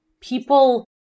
people